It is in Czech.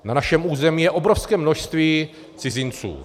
Na našem území je obrovské množství cizinců.